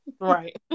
Right